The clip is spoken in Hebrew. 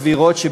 סבירות,